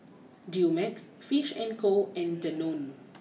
Dumex Fish and Co and Danone